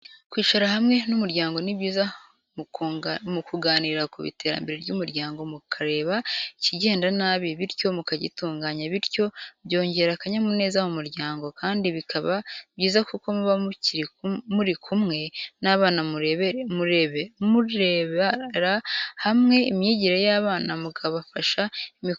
Kwicara hamwe n'umuryango ni byiza mukaganira ku iterambere ry'umuryango mukareba ikigenda nabi, bityo mukagitunganya. Bityo byongera akanyamuneza mu muryango kandi bikaba byiza kuko muba murikumwe n'abana murebera hamwe imyigire y'abana mukabafasha imikoro yo mu rugo.